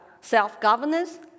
self-governance